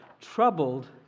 troubled